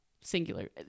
singular